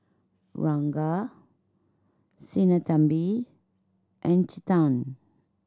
Ranga Sinnathamby and Chetan